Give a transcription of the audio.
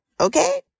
Okay